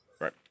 Right